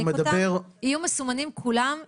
יהיו מסומנים כולם עם אותו סמל.